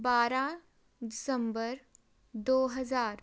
ਬਾਰ੍ਹਾਂ ਦਸੰਬਰ ਦੋ ਹਜ਼ਾਰ